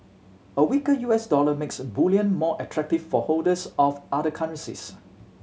a weaker U S dollar makes bullion more attractive for holders of other currencies